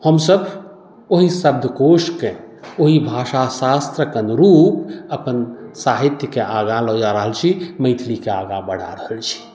हमसभ ओहि शब्दकोशकेँ ओहि भाषा शास्त्रक अनुरूप अपन साहित्यकेँ आगाँ लऽ जा रहल छी मैथिलीके आगाँ बढ़ा रहल छी